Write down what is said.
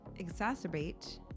Exacerbate